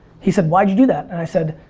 he said, why'd you do that? and i said,